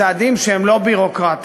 עם צעדים שהם לא ביורוקרטיים.